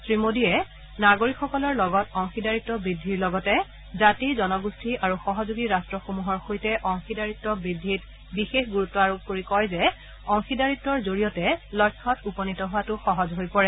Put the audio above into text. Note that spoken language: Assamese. শ্ৰী মোদীয়ে নাগৰিকসকলৰ লগত অংশীদাৰিত্ব বৃদ্ধিৰ লগতে জাতি জনগোষ্ঠী আৰু সহযোগী ৰাট্টসমূহৰ সৈতে অংশীদাৰিত্ব বৃদ্ধিত বিশেষ গুৰুত্ব আৰোপ কৰি কয় যে অংশীদাৰিত্বৰ জৰিয়তে লক্ষ্যত উপনীত হোৱাতো সহজ হৈ পৰে